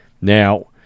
Now